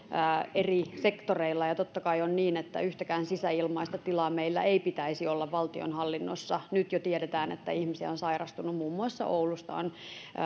eri sektoreilla ja totta kai on niin että yhtäkään sisäilmaongelmaista tilaa meillä ei pitäisi olla valtionhallinnossa nyt jo tiedetään että ihmisiä on sairastunut muun muassa oulusta on